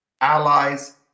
allies